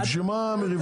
אז בשביל מה המריבות?